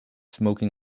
smoking